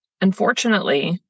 unfortunately